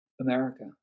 America